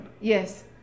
yes